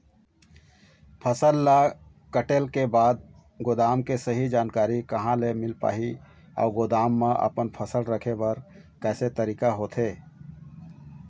फसल ला कटेल के बाद गोदाम के सही जानकारी कहा ले मील पाही अउ गोदाम मा अपन फसल रखे बर कैसे तरीका होथे?